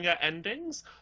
endings